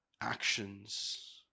actions